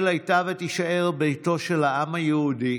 ישראל הייתה ותישאר ביתו של העם היהודי